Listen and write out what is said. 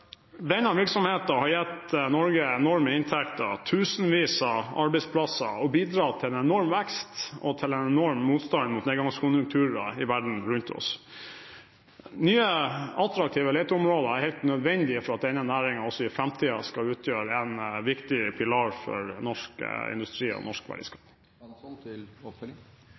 Denne virksomheten har gitt Norge enorme inntekter, tusenvis av arbeidsplasser og bidratt til en enorm vekst og en enorm motstandskraft mot nedgangskonjunkturer i verden rundt oss. Nye, attraktive leteområder er helt nødvendig for at denne næringen også i framtiden skal utgjøre en viktig pilar for norsk industri og